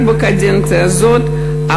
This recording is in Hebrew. רק בקדנציה הזאת,